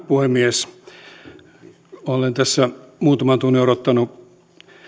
puhemies olen tässä muutaman tunnin odottanut